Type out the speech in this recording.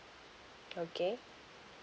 okay